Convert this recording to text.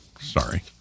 Sorry